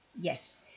yes